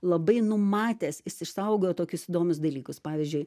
labai numatęs jis išsaugojo tokius įdomius dalykus pavyzdžiui